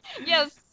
yes